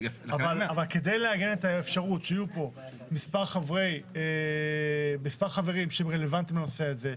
אבל כדי לעגן את האפשרות שיהיו פה מספר חברים שהם רלוונטיים לנושא הזה,